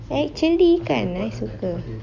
actually kan I suka